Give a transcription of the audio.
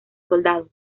soldados